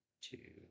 Two